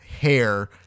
hair